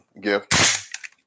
gift